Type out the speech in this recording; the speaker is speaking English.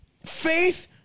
Faith